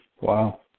Wow